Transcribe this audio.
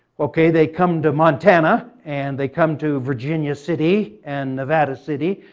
okay they come to montana, and they come to virginia city, and nevada city.